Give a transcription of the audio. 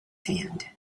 hand